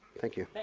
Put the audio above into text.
thank you.